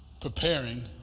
preparing